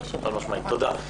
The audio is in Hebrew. תודה.